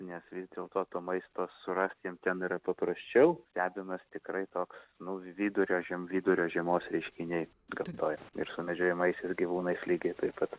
nes vis dėlto to maisto surast jiem ten yra paprasčiau stebimas tikrai toks nu vidurio žem vidurio žiemos reiškiniai gamtoj ir medžiojamaisiais gyvūnais lygiai taip pat